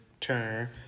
Turner